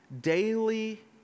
Daily